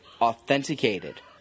authenticated